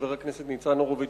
חבר הכנסת ניצן הורוביץ,